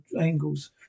angles